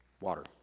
water